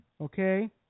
Okay